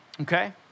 Okay